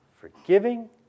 forgiving